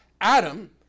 Adam